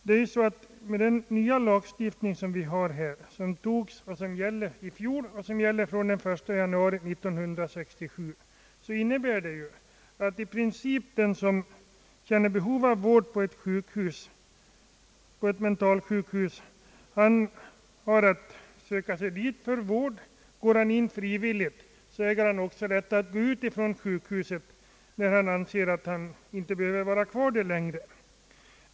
Den nya lagstiftning som vi har här, vilken antogs i fjol och som gäller från den 1 januari 1967 innebär i princip, att den som är i behov av vård på ett mentalsjukhus har att söka sig dit för vård. Går han in frivilligt äger han också att gå ut från sjukhuset när han anser att han inte behöver vara kvar där längre.